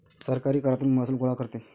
सरकारही करातून महसूल गोळा करते